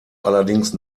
allerdings